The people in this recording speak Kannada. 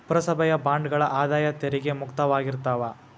ಪುರಸಭೆಯ ಬಾಂಡ್ಗಳ ಆದಾಯ ತೆರಿಗೆ ಮುಕ್ತವಾಗಿರ್ತಾವ